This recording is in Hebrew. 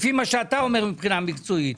לפי מה שאתה אומר מבחינה מקצועית?